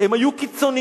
הם היו קיצונים,